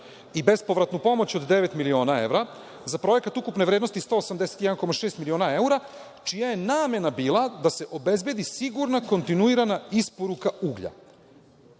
i bespovratnu pomoć od devet miliona evra za projekat ukupne vrednosti 181,6 miliona evra, čija je namena bila da se obezbedi sigurna kontinuirana isporuka uglja. Pet